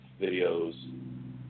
videos